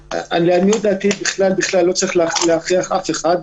לעניות דעתי בכלל בכלל לא צריך להכריח אף אחד.